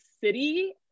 city